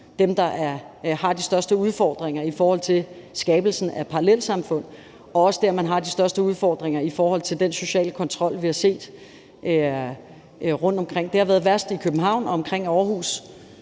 dem, der har de største udfordringer i forhold til skabelsen af parallelsamfund, og det er også der, man har de største udfordringer i forhold til den sociale kontrol, vi har set rundtomkring. Det har været værst i København og omkring Aarhus,